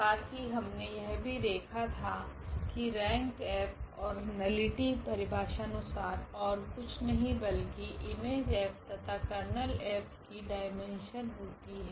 साथ ही हमने यह भी देखा था की rank और नलिटी परिभाषानुसार ओर कुछ नहीं बल्कि Im F तथा Ker की डाईमेन्शन होती है